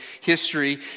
history